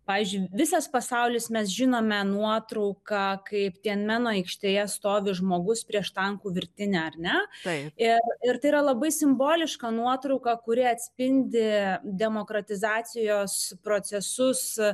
pavyzdžiui visas pasaulis mes žinome nuotrauką kaip ten meno aikštėje stovi žmogus prieš tankų virtinę ar ne taip ir ir tai yra labai simboliška nuotrauka kuri atspindi demokratizacijos procesus